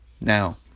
Now